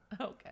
Okay